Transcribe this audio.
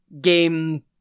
game